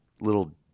little